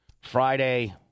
Friday